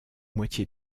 moitié